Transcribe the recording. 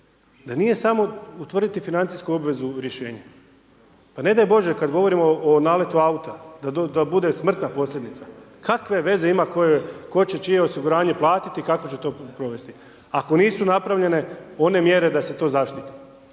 da nije samo utvrditi financijsku obvezu u rješenje. Pa ne daj Bože, kad govorimo o naletu auta da bude smrtna posljedica. Kakve veze ima tko će čije osiguranje platiti i kako će to provesti. Ako nisu napravljene one mjere da se to zaštiti.